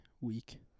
week